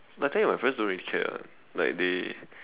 but I tell you my parents don't really care [one] like they